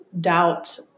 doubt